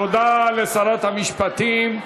תודה לשרת המשפטים.